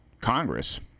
Congress